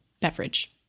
beverage